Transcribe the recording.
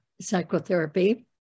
psychotherapy